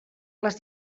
les